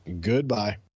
Goodbye